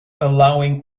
allowing